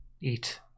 eat